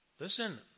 Listen